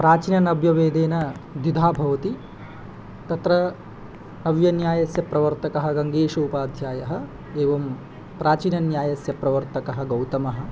प्राचीननव्यभेदेन द्विधा भवति तत्र नव्यन्यायस्य प्रवर्तकः गङ्गेश उपाध्यायः एवं प्राचीनन्यायस्य प्रवर्तकः गौतमः